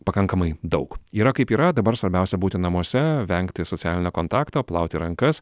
pakankamai daug yra kaip yra dabar svarbiausia būti namuose vengti socialinio kontakto plauti rankas